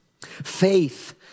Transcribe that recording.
Faith